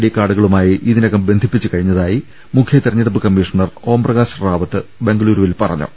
D കാർഡുകളുമായി ഇതിനകും ബന്ധിപ്പിച്ച് കഴിഞ്ഞതായി മുഖ്യ തെരഞ്ഞെടുപ്പ് കമ്മീഷണർ ഓംപ്രകാശ് റാവത്ത് ബംഗളുരുവിൽ പറഞ്ഞു